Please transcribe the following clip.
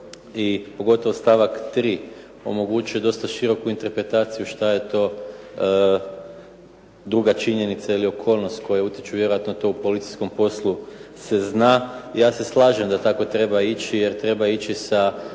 pogotovo stavak 3. omogućuje dosta široku interpretaciju šta je to druga činjenica ili okolnost koje utječu, vjerojatno to u policijskom poslu se zna. Ja se slažem da tako treba ići, jer treba ići sa